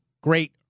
great